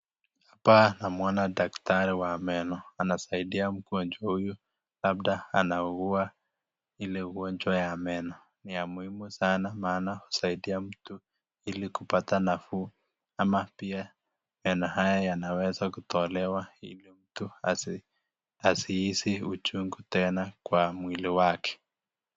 Hapa namwona daktari wa meno anasaidia mgonjwa huyu labda anaugua ile ugonjwa ya meno ni ya muhimu sana maana husaidia mtu ili kupata nafuu ama pia meno haya yanaweza kutolewa mtu asihisi uchungu tena kwa mwili wake.